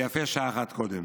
ויפה שעה אחת קודם.